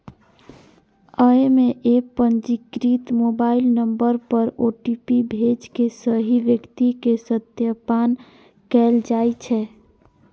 अय मे एप पंजीकृत मोबाइल नंबर पर ओ.टी.पी भेज के सही व्यक्ति के सत्यापन कैल जाइ छै